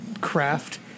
craft